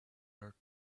earth